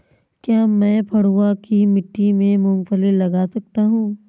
क्या मैं पडुआ की मिट्टी में मूँगफली लगा सकता हूँ?